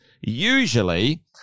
usually